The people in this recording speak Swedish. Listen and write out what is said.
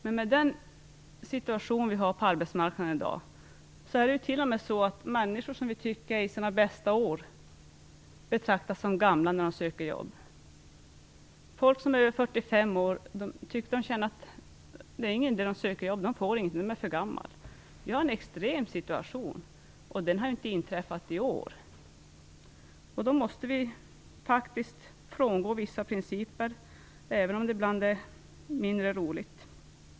Men med den situation som råder på arbetsmarknaden i dag betraktas t.o.m. människor som vi tycker är i sina bästa år som gamla när de söker jobb. Folk över 45 år upplever att det inte är någon idé att söka jobb. De får inget jobb. De är för gamla. Situationen är extrem, men det här har inte inträffat i år. Mot den bakgrunden måste vi faktiskt frångå vissa principer, även om det ibland är mindre roligt.